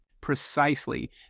Precisely